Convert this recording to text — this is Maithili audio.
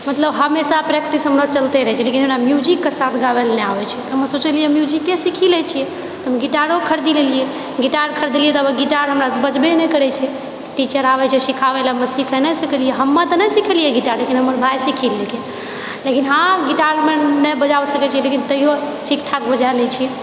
मतलब हमेशा प्रैक्टिस हमर चलिते रहैत छै लेकिन हमरा म्यूजिकके साथ गाबै लए नहि आबैत छै हम सोचलिऐ म्यूजिके सीखै लए छिऐ तऽ हम गिटारो खरीदए लेलिए गिटार खरीदलिए तऽ गिटार हमरासे बजबै नहि करैत छै टीचर आबैत छै सिखाबए लए हम सीखे नहि सकलिए हम्मे तऽ नहि सिखलिए लेकिन हमर भाय सीख गेलै लेकिन हँ गिटार नहि बजाबै सकैत छिए लेकिन तैयो ठीकठाक बजा लए छिए